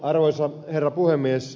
arvoisa herra puhemies